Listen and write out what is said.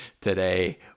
today